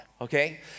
okay